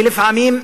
ולפעמים,